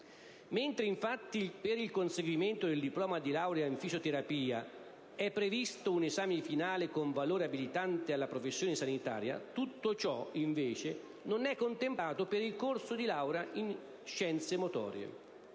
Mentre infatti per il conseguimento del diploma di laurea in fisioterapia è previsto un esame finale con valore abilitante alla professione sanitaria, tutto ciò non è contemplato per il corso di laurea in scienze motorie.